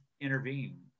intervene